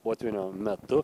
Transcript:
potvynio metu